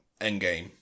Endgame